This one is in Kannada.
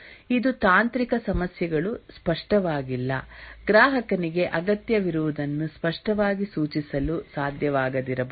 ಇದು ತಾಂತ್ರಿಕ ಸಮಸ್ಯೆಗಳು ಸ್ಪಷ್ಟವಾಗಿಲ್ಲ ಗ್ರಾಹಕನಿಗೆ ಅಗತ್ಯವಿರುವದನ್ನು ಸ್ಪಷ್ಟವಾಗಿ ಸೂಚಿಸಲು ಸಾಧ್ಯವಾಗದಿರಬಹುದು